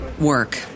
work